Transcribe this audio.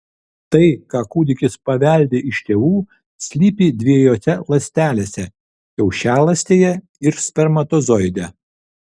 tai ką kūdikis paveldi iš tėvų slypi dviejose ląstelėse kiaušialąstėje ir spermatozoide